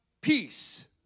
peace